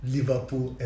Liverpool